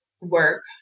work